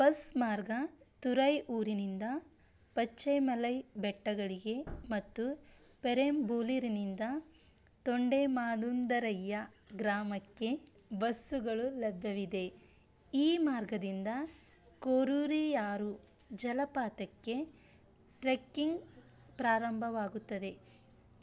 bus ಮಾರ್ಗ ತುರೈ ಊರಿನಿಂದ ಪಚ್ಚೆಮಲೈ ಬೆಟ್ಟಗಳಿಗೆ ಮತ್ತು ಪೆರಂಬಲೂರಿನಿಂದ ತೊಂಡೆಮಾದುಂದರೈ ಗ್ರಾಮಕ್ಕೆ ಬಸ್ಸುಗಳು ಲಭ್ಯವಿದೆ ಈ ಮಾರ್ಗದಿಂದ ಕೋರೀರಿಯಾರು ಜಲಪಾತಕ್ಕೆ ಟ್ರೆಕ್ಕಿಂಗ್ ಪ್ರಾರಂಭವಾಗುತ್ತದೆ